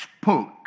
spoke